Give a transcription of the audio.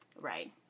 right